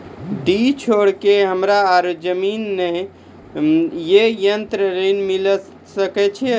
डीह छोर के हमरा और जमीन ने ये कृषि ऋण मिल सकत?